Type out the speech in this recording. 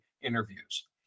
interviews